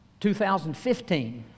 2015